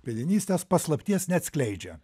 įpėdinystės paslapties neatskleidžia